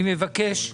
אני מבקש,